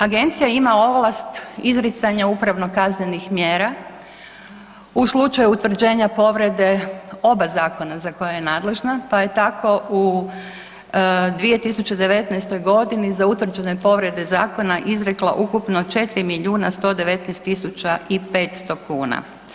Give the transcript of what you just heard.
Agencija ima vlast izricanja upravno-kaznenih mjera u slučaju utvrđenja povrede oba zakona za koje je nadležna pa je tako u 2019. g. za utvrđene povrede zakona izrekla ukupno 4 milijuna 119 500 kuna.